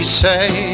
say